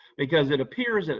because it appears that,